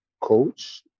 coach